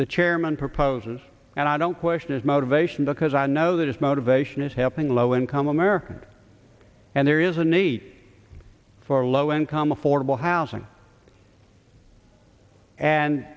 the chairman proposes and i don't question his motivation because i know that his motivation is helping low income americans and there is a need for low income affordable housing and